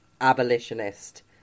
abolitionist